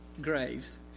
graves